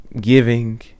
giving